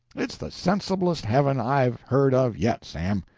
it's the sensiblest heaven i've heard of yet, sam,